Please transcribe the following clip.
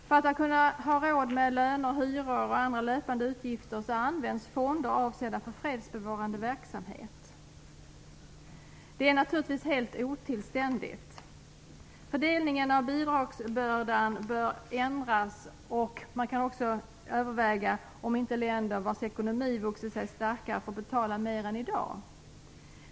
För att FN skall kunna ha råd med löner, hyror och andra löpande utgifter används fonder avsedda för fredsbevarande verksamhet. Detta är naturligtvis helt otillständigt. Fördelningen av bidragsbördan bör ändras, och man kan överväga om inte länder vars ekonomi vuxit sig starkare borde betala mer än i dag.